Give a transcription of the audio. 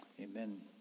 Amen